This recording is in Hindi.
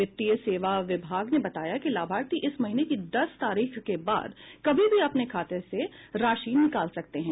वित्तीय सेवा विभाग ने बताया कि लाभार्थी इस महीने की दस तारीख के बाद कभी भी अपने खाते से राशि निकाल सकते हैं